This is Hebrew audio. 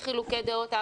דעות,